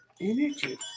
energy